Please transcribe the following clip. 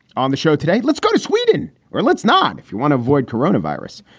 on the show today, let's go to sweden or let's not. if you want to avoid corona virus.